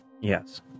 yes